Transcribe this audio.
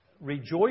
Rejoice